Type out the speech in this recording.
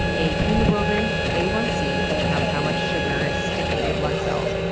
a hemoglobin a one c, which counts how much sugar is sticking to your blood cells,